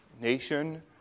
nation